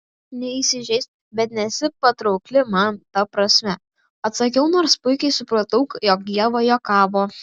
neįsižeisk bet nesi patraukli man ta prasme atsakiau nors puikiai supratau jog ieva juokavo